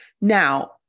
Now